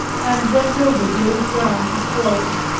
and went over the old ground which was,